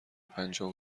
پنجاه